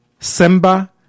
Semba